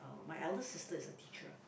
my elder sister is a teacher